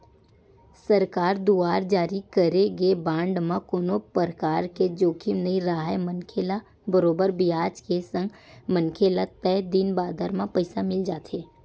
सरकार दुवार जारी करे गे बांड म कोनो परकार के जोखिम नइ राहय मनखे ल बरोबर बियाज के संग मनखे ल तय दिन बादर म पइसा मिल जाथे